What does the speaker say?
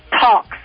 talks